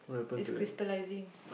it's crystallising